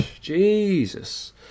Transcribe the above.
Jesus